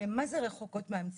שהן מה זה רחוקות מהמציאות.